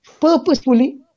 purposefully